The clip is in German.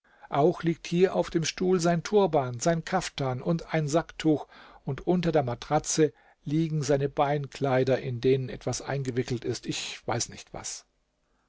auch liegt hier auf dem stuhl sein turban sein kaftan und ein sacktuch und unter der matratze liegen seine beinkleider in denen etwas eingewickelt ist ich weiß nicht was